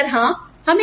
अगर हाँ